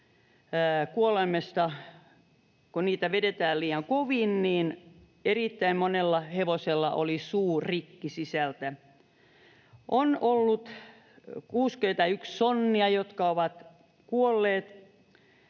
kuolaimista: kun niitä vedetään liian kovaa, niin erittäin monella hevosella on suu rikki sisältä. On ollut 61 sonnia, jotka ovat kuolleet,